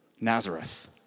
Nazareth